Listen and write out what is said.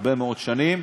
הרבה מאוד שנים,